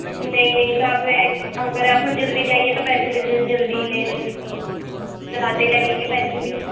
نہیں نہیں تو آپ نہ ایک کام کریں آپ کو جلدی چاہیے تو پیسے بھی جلدی لینے زیادہ لگیں گے پیسے بھی